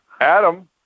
Adam